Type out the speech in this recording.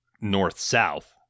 north-south